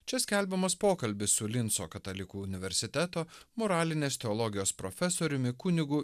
čia skelbiamas pokalbis su linco katalikų universiteto moralinės teologijos profesoriumi kunigu